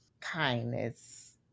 kindness